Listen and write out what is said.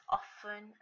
often